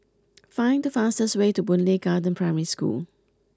find the fastest way to Boon Lay Garden Primary School